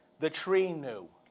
the tree knew.